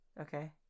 Okay